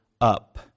up